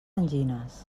angines